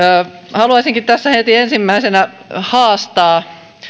haluaisinkin tässä heti ensimmäisenä haastaa